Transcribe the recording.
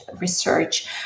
research